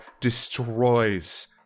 destroys